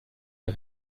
mal